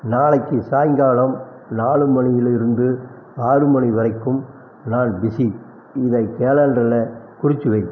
நாளைக்கு சாயங்காலம் நாலு மணியில் இருந்து ஆறு மணி வரைக்கும் நான் பிஸி இதை கேலண்டரில் குறித்து வை